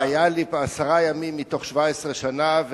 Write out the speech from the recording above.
היה לי, עשרה ימים מתוך 17 שנה,